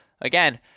again